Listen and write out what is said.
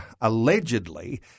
allegedly